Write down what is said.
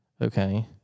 okay